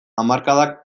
hamarkadak